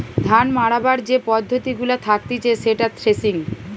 ধান মাড়াবার যে পদ্ধতি গুলা থাকতিছে সেটা থ্রেসিং